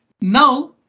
Now